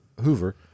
hoover